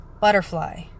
butterfly